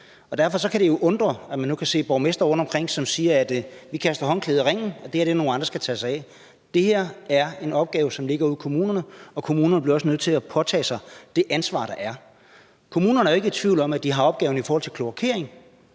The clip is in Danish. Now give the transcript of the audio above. derfor kan det undre, at man nu kan se borgmestre rundtomkring, som siger, at de kaster håndklædet i ringen, og at der er nogle andre, der skal tage sig af det. Det her er en opgave, som ligger ude i kommunerne, og kommunerne bliver også nødt til at påtage sig det ansvar, de har. Kommunerne er jo ikke tvivl om, at de har ansvaret for opgaven med kloakering,